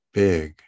big